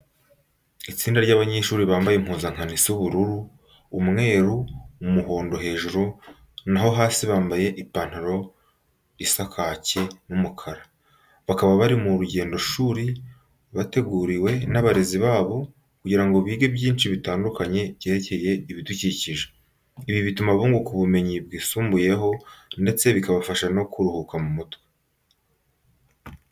Itsinda ry'abanyeshuru bambaye umpuzankano isa ubururu, umweru, umuhondo hejuru naho hasi bambaye amapantaro asa kake n'umukara. Bakaba bari mu rugendishuri bateguriwe n'abarezi babo kugira ngo bige byinshi bitandkanye byerekeye ibidukikije. Ibi bituma bunguka ubumenyi bwisumbuyeho, ndeste bikabafasha no kuruhuka mu mutwe.